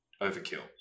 overkill